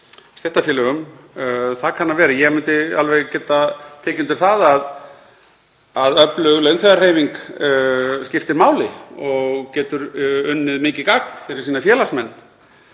stéttarfélögum. Það kann að vera, ég myndi alveg geta tekið undir að öflug launþegahreyfing skipti máli og geti unnið mikið gagn fyrir sína félagsmenn.